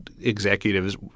executives